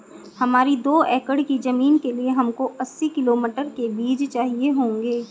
हमारी दो एकड़ की जमीन के लिए हमको अस्सी किलो मटर के बीज चाहिए होंगे